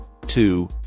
two